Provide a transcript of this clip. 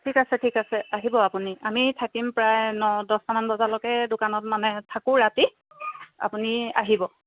ঠিক আছে ঠিক আছে আহিব আপুনি আমি থাকিম প্ৰায় ন দচটামান বজালৈকে দোকানত মানে থাকোঁ ৰাতি আপুনি আহিব